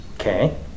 Okay